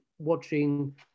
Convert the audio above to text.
watching